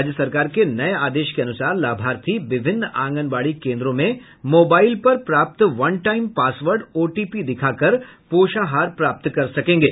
राज्य सरकार के नये आदेश के अनुसार लाभार्थी विभिन्न आंगनबाड़ी केन्द्रों में मोबाईल पर प्राप्त वन टाईम पासवर्ड ओटीपी दिखाकर पोषाहार प्राप्त कर सकेंगे